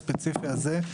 הספציפי הזה,